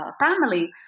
family